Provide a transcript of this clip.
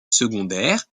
secondaire